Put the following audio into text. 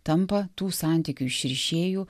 tampa tų santykių išrišėju